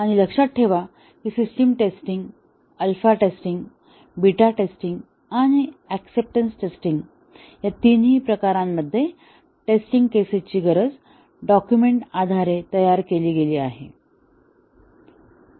आणि लक्षात ठेवा की system testing alpha testing beta testing आणि ऍक्सेप्टन्स टेस्टिंग या तीनही प्रकारांमध्ये टेस्टिंग केसेस ची गरज डॉक्युमेंट आधारे तयार केली गेली आहे